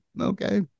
Okay